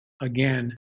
again